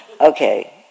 Okay